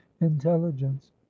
intelligence